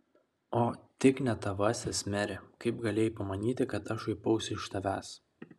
o tik ne tavasis meri kaip galėjai pamanyti kad aš šaipausi iš tavęs